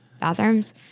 bathrooms